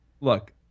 Look